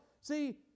See